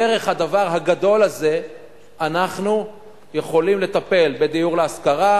דרך הדבר הגדול הזה אנחנו יכולים לטפל בדיור להשכרה,